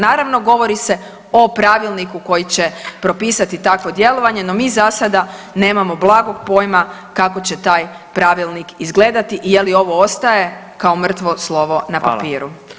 Naravno govori se o pravilniku koji će propisati takvo djelovanje, no mi za sada nemamo blagog pojima kako će taj pravilnik izgledati i je li ovo ostaje kao mrtvo slovo na papiru.